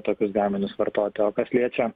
tokius gaminius vartoti o kas liečia